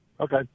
Okay